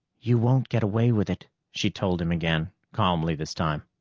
you won't get away with it, she told him again, calmly this time.